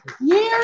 Years